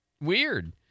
weird